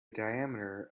diameter